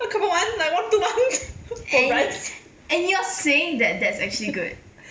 a couple of months like one two months